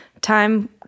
time